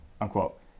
unquote